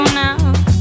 now